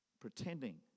pretending